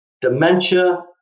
dementia